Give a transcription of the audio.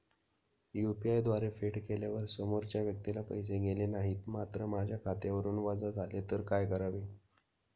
UPI द्वारे फेड केल्यावर समोरच्या व्यक्तीला पैसे गेले नाहीत मात्र माझ्या खात्यावरून वजा झाले तर काय करावे?